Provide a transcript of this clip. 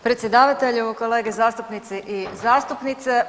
Predsjedavatelju, kolege zastupnici i zastupnice.